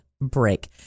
break